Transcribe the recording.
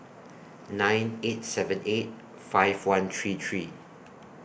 nine eight seven eight five one three three